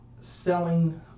selling